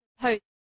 post